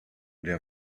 der